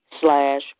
slash